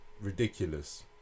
Ridiculous